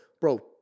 Bro